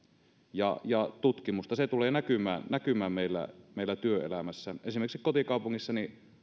ja tutkimusta se tulee näkymään meillä meillä työelämässä esimerkiksi kotikaupungissani